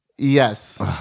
Yes